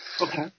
Okay